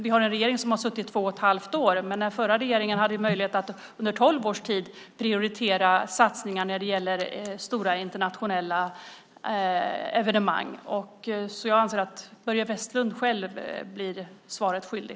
Vi har nu en regering som suttit vid makten i två och ett halvt år. Den förra regeringen hade under tolv års tid möjlighet att prioritera satsningar när det gäller stora internationella evenemang. Jag anser, som sagt, att Börje Vestlund själv blir svaret skyldig.